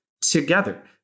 together